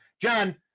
John